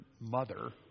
mother